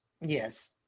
Yes